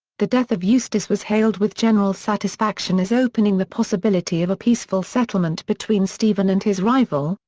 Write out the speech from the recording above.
the death of eustace was hailed with general satisfaction as opening the possibility of a peaceful settlement between stephen and his rival,